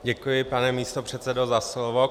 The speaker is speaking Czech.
Děkuji, pane místopředsedo, za slovo.